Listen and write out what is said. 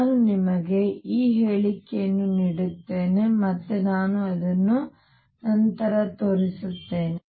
ನಾನು ನಿಮಗೆ ಆ ಹೇಳಿಕೆಯನ್ನು ನೀಡುತ್ತೇನೆ ಮತ್ತು ನಾನು ಅದನ್ನು ನಂತರ ತೋರಿಸುತ್ತೇನೆ